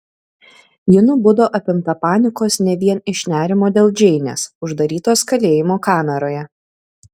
ji nubudo apimta panikos ne vien iš nerimo dėl džeinės uždarytos kalėjimo kameroje